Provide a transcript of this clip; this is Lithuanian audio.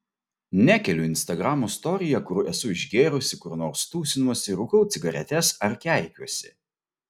nekeliu instagramo storyje kur esu išgėrusi kur nors tūsinuosi rūkau cigaretes ar keikiuosi